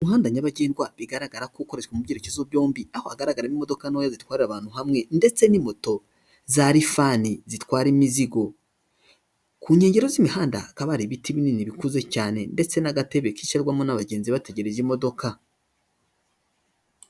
Umuhanda nyabagendwa bigaragara ko ukoreshwa mu byerekezo byombi aho hagaragaramo imodoka ntoya zitwarira abantu hamwe ndetse n'imoto za rifani zitwara imizigo, ku nkengero z'imihanda hakaba ari ibiti binini bikuze cyane ndetse n'agatebe kicarwamo n'abagenzi bategereje imodoka.